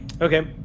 Okay